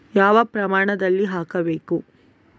ಯಾವ ಪ್ರಮಾಣದಲ್ಲಿ ಹಾಕಬೇಕು?